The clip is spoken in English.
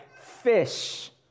fish